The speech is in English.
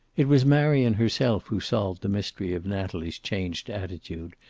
it was marion herself who solved the mystery of natalie's changed attitude,